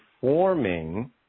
forming